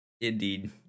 Indeed